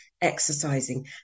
exercising